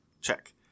Check